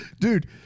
Dude